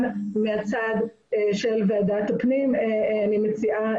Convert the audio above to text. גם מהצד של ועדת הפנים אני מציעה,